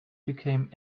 became